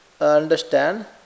understand